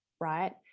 right